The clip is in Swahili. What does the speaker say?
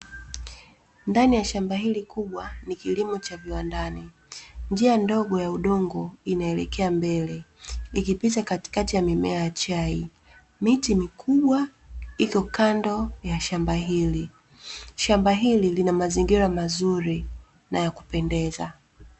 Ndani ya shamba hili kubwa ni kilimo cha viwandani, njia ndogo ya udongo inaelekea mbele ikipita katikati ya mimea ya chai miti mikubwa iko kando ya shamba hili, shamba hili lina mazingira mazuri na yakupendeza.